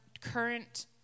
current